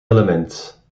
element